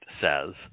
says